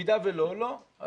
במידה ולא, לא.